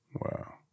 Wow